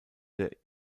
der